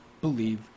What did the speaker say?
believe